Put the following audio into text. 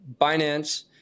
Binance